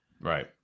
Right